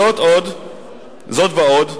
זאת ועוד,